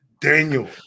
Daniel